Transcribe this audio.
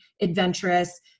adventurous